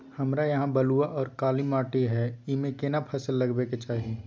हमरा यहाँ बलूआ आर काला माटी हय ईमे केना फसल लगबै के चाही?